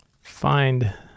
Find